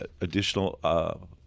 additional